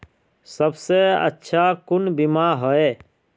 सबसे अच्छा कुन बिमा होय?